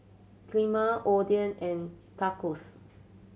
Kheema Oden and Tacos